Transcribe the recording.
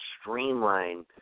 Streamline